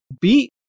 beat